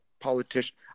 politician